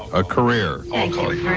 a career. i'll call you.